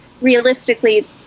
realistically